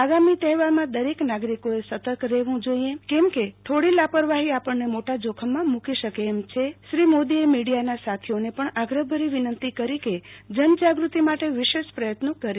આગામી તહેવારમાં દરેક નાગરિકોએ સર્તક રહેવુ જોઈએ કેમ કે થોડી લાપરવાહી આપણને મોટા જોખમમાં મુકી શકે એમ છે શ્રી મોદીએ મિડીયાના સાથીઓને પણ આગ્રહભરી વિનંતી કરી હતી કે જનજાગૃતિ માટે વિશેષ પ્રયત્નો કરે